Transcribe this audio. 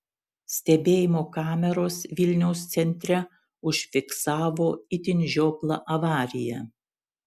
stebėjimo kameros vilniaus centre užfiksavo itin žioplą avariją